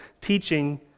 teaching